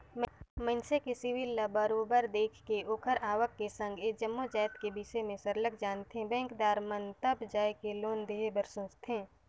मइनसे के सिविल ल बरोबर देख के ओखर आवक के संघ ए जम्मो जाएत के बिसे में सरलग जानथें बेंकदार मन तब जाएके लोन देहे बर सोंचथे